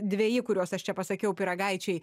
dveji kuriuos aš čia pasakiau pyragaičiai